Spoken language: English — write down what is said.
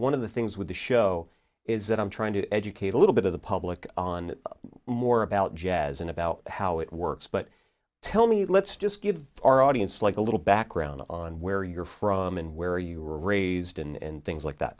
one of the things with the show is that i'm trying to educate a little bit of the public on more about jazz and about how it works but tell me let's just give our audience like a little background on where you're from and where you were raised and things like